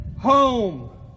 home